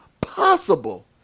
possible